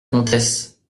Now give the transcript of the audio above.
comtesse